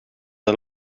een